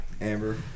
Amber